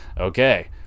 Okay